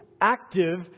active